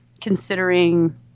considering